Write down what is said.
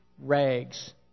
rags